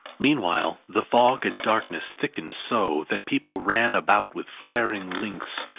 meanwhile the fog and darkness thickened so, that people ran about with flaring links,